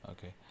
Okay